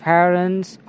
Parents